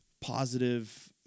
positive